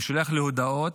והוא שולח לי הודעות,